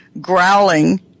growling